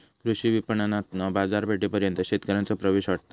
कृषी विपणणातना बाजारपेठेपर्यंत शेतकऱ्यांचो प्रवेश वाढता